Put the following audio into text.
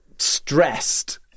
stressed